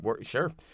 sure